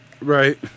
Right